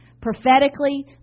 Prophetically